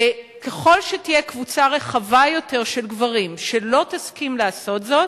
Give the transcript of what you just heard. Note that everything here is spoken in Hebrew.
וככל שתהיה קבוצה רחבה יותר של גברים שלא תסכים לעשות זאת,